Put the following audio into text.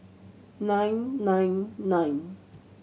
nine nine nine